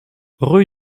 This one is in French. rue